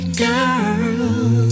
girl